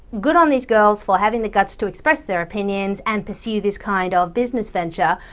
good on these girls for having the guts to express their opinions, and pursue this kind of business venture,